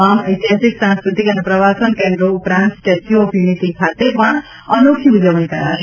તમામ ઐતિહાસિક સાંસ્કૃતિક અને પ્રવાસન કેન્દ્રો ઉપરાંત સ્ટેચ્યુ ઓફ યુનિટી ખાતે પણ અનોખી ઉજવણી કરાશે